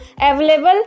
available